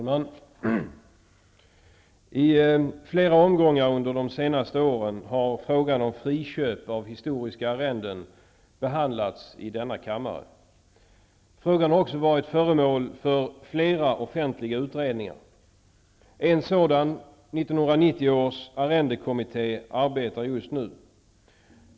Herr talman! I flera omgångar under de senaste åren har frågan om friköp av historiska arrenden behandlats i denna kammare. Frågan har också varit föremål för flera offentliga utredningar. En utredning, 1990 års arrendekommitté, pågår just nu.